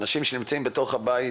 אנשים שנמצאים בתוך הבית